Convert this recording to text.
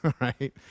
right